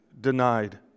denied